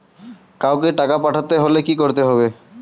কাওকে টাকা পাঠাতে হলে কি করতে হবে?